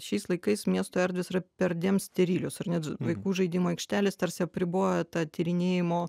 šiais laikais miesto erdvės yra perdėm sterilios ar net vaikų žaidimų aikštelės tarsi apriboja tą tyrinėjimo